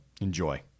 Enjoy